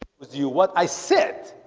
with you what i said